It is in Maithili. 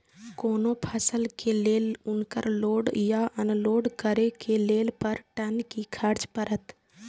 कोनो फसल के लेल उनकर लोड या अनलोड करे के लेल पर टन कि खर्च परत?